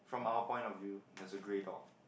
from our point of view there is a grey dog